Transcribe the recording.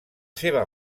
seva